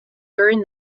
during